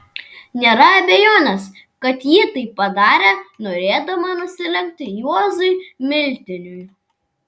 nėra abejonės kad ji tai padarė norėdama nusilenkti juozui miltiniui